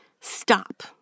stop